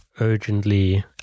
urgently